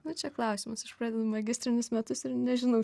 nu čia klausimas aš pradedu magistrinius metus ir nežinau